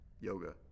yoga